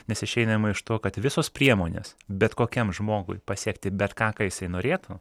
nes išeinama iš to kad visos priemonės bet kokiam žmogui pasiekti bet ką ką jisai norėtų